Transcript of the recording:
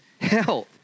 health